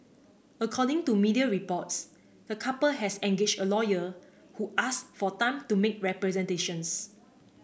according to media reports the couple has engaged a lawyer who ask for time to make representations